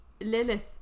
Lilith